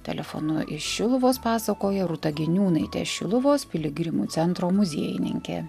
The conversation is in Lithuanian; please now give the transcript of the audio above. telefonu iš šiluvos pasakoja rūta giniūnaitė šiluvos piligrimų centro muziejininkė